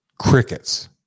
crickets